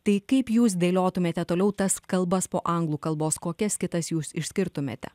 tai kaip jūs dėliotumėte toliau tas kalbas po anglų kalbos kokias kitas jūs išskirtumėte